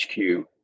HQ